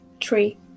three